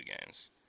games